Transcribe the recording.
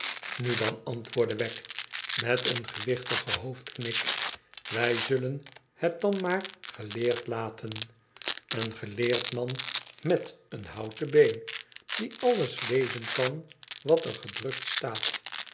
na dfuif antwoordde wegg meteen gewichtigen hoofdknik wij zullen het dan maar geleerd laten en geleerd man met een houten been die alles lezen kan wat er gednikt staat